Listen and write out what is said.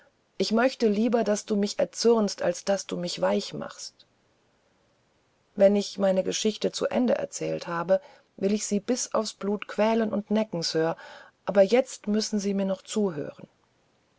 ich möchte lieber daß du mich erzürnst als daß du mich weich machst wenn ich meine geschichte zu ende erzählt habe will ich sie bis aufs blut quälen und necken sir aber jetzt müssen sie mir noch zuhören